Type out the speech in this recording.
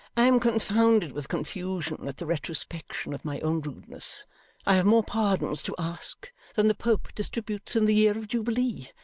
i am confounded with confusion at the retrospection of my own rudeness i have more pardons to ask than the pope distributes in the year of jubilee.